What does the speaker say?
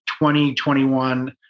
2021